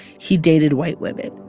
he dated white women.